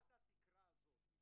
בוקר טוב.